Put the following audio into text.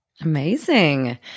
Amazing